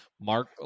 Mark